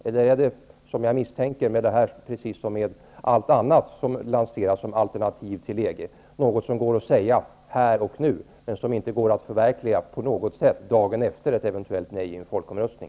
Eller är det, som jag misstänker, med detta precis som med allting annat som lanseras som alternativ till EG -- något som går att säga här och nu men som inte går att förverkliga på något sätt dagen efter ett eventuellt nej i en folkomröstning?